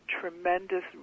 tremendous